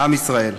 עם ישראל,